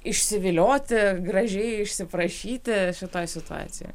išsivilioti gražiai išsiprašyti šitoj situacijoj